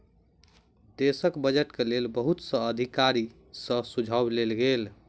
देशक बजट के लेल बहुत अधिकारी सॅ सुझाव लेल गेल